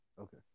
Okay